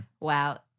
Wow